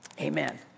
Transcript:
amen